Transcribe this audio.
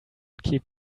keep